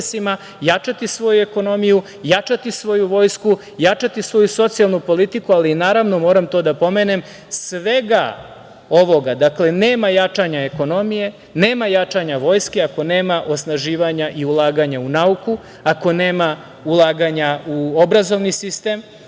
jačati svoju ekonomiju, jačati svoju Vojsku, jačati svoju socijalnu politiku. Naravno, moram to da pomenem, svega ovoga, dakle nema jačanja ekonomije, nema jačanja Vojske ako nema osnaživanja i ulaganja u nauku, ako nema ulaganja u obrazovni sistem